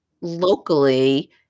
locally